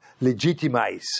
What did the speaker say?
legitimize